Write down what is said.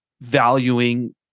valuing